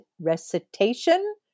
recitation